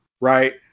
right